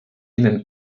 ihnen